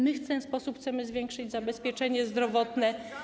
My w ten sposób chcemy zwiększyć zabezpieczenie zdrowotne.